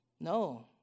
No